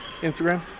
instagram